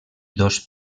dos